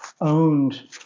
owned